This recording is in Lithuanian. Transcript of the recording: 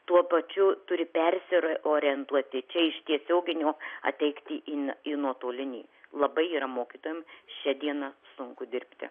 tuo pačiu turi persiorientuoti čia iš tiesioginio ateiti į į nuotolinį labai yra mokytojam šia diena sunku dirbti